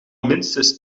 minstens